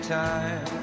time